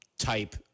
Type